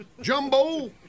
Jumbo